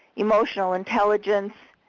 emotional intelligence,